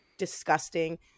disgusting